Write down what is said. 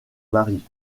mari